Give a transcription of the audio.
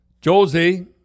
Josie